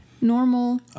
normal